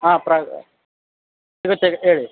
ಹಾಂ ಪ್ರಾ ಸಿಗುತ್ತೆ ಎಷ್ಟು ಹೇಳಿ